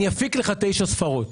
אני אפיק לך תשע ספרות.